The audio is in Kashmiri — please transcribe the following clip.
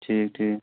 اَہن حظ